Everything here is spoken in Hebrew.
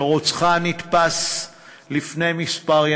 שרוצחה נתפס לפני ימים מספר,